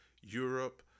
Europe